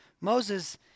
Moses